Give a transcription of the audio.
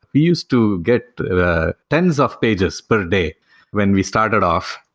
we used to get tens of pages per day when we started off.